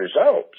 results